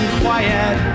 quiet